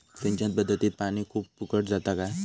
सिंचन पध्दतीत पानी खूप फुकट जाता काय?